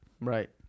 Right